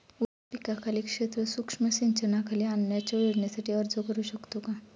ऊस पिकाखालील क्षेत्र सूक्ष्म सिंचनाखाली आणण्याच्या योजनेसाठी अर्ज करू शकतो का?